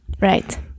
right